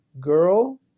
girl